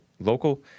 local